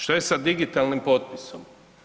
Što je sa digitalnim potpisom?